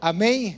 Amém